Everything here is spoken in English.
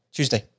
Tuesday 。